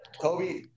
Kobe